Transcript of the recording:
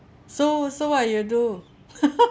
so so what you do